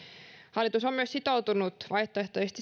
hallitus on myös sitoutunut vaihtoehtoisesti